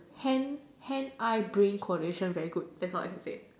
hand hand eye brain coordination very good that's what I can say